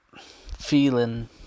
feeling